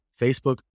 Facebook